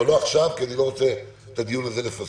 אבל לא עכשיו כי אני לא רוצה לפספס את הדיון הזה.